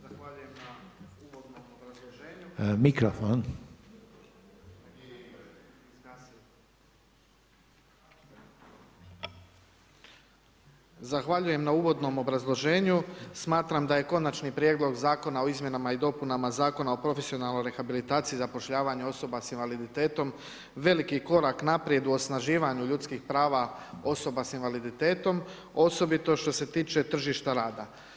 Zahvaljujem na uvodnom obrazloženju, smatram da je Konačni prijedlog zakona o izmjenama i dopunama Zakona o profesionalnoj rehabilitaciji i zapošljavanju osoba sa invaliditetom velikih korak unaprijed u osnaživanju ljudskih prava osoba s invaliditetom osobito što se tiče tržišta rada.